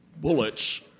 bullets